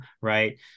Right